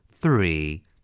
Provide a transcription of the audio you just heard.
three